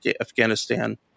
Afghanistan